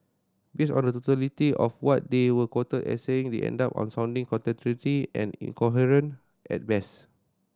based on the totality of what they were quoted as saying they ended up sounding contradictory and incoherent at best